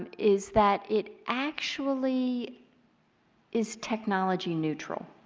and is that it actually is technology neutral.